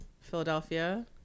Philadelphia